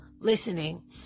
listening